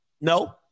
No